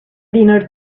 dinner